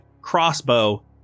Crossbow